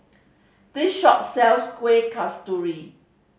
this shop sells Kuih Kasturi